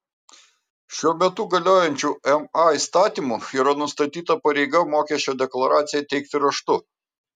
šiuo metu galiojančiu ma įstatymu yra nustatyta pareiga mokesčio deklaraciją teikti raštu